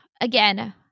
Again